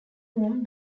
whom